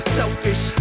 selfish